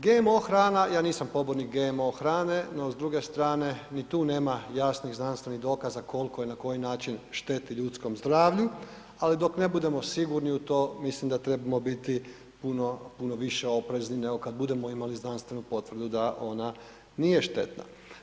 GMO hrana, ja nisam pobornik GMO hrane, no s druge strane ni tu nema jasnih znanstvenih dokaza koliko i na koji način šteti ljudskom zdravlju, ali dok ne budemo sigurni u to mislim da trebamo biti puno, puno više oprezni nego kad budemo imali znanstvenu potvrdu da ona nije štetna.